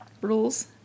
rules